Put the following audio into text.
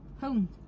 home